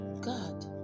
God